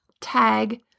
tag